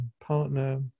partner